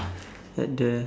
at the